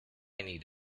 need